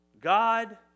God